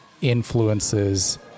influences